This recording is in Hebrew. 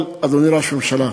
אבל, אדוני ראש הממשלה,